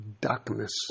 darkness